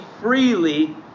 freely